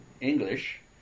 English